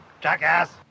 jackass